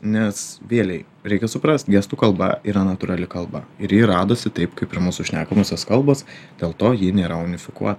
nes vėlei reikia suprast gestų kalba yra natūrali kalba ir ji radosi taip kaip ir mūsų šnekamosios kalbos dėl to ji nėra unifikuota